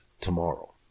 tomorrow